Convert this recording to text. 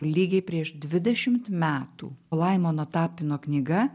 lygiai prieš dvidešimt metų laimono tapino knyga